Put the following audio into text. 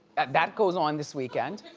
that goes on this weekend.